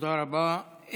תודה רבה.